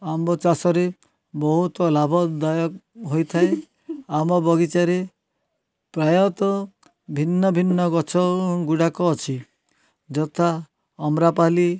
ଆମ୍ବ ଚାଷରେ ବହୁତ ଲାଭଦାୟକ ହୋଇଥାଏ ଆମ୍ବ ବଗିଚାରେ ପ୍ରାୟତଃ ଭିନ୍ନ ଭିନ୍ନ ଗଛଗୁଡ଼ାକ ଅଛି ଯଥା ଅମରାପାଲି